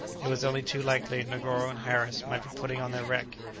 it was only too likely, negoro and harris might be putting on their track.